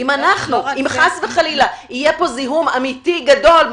ואם חס וחלילה יהיה פה זיהום אמיתי גדול,